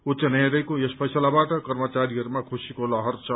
उच्च न्यायालयको यस फैसलाबाट कर्मचारीहरूमा खुशीको लहर छ